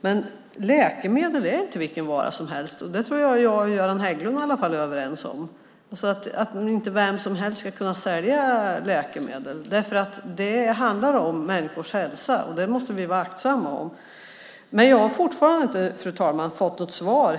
Men läkemedel är inte vilken vara som helst, och det är i alla fall Göran Hägglund och jag överens om. Inte vem som helst kan få sälja läkemedel. Det handlar om människors hälsa, och det måste vi vara aktsamma om. Jag har fortfarande inte, fru talman, fått något svar.